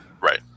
right